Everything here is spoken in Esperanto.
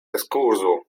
ekskurso